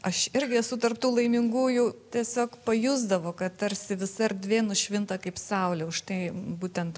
aš irgi esu tarp tų laimingųjų tiesiog pajusdavo kad tarsi visa erdvė nušvinta kaip saulė už tai būtent